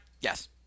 Yes